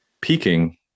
peaking